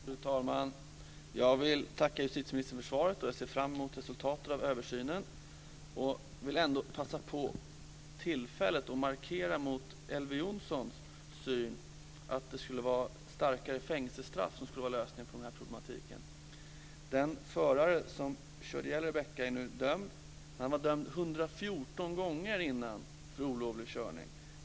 Fru talman! Jag vill tacka justitieministern för svaret, och jag ser fram emot resultatet av översynen. Jag vill ändå passa på tillfället att markera mot Elver Jonssons syn att strängare fängelsestraff skulle vara lösningen på problematiken. Den förare som körde på Rebecca är nu dömd. Han var tidigare dömd 114 gånger för olovlig körning.